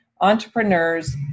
Entrepreneurs